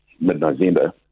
mid-November